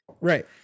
Right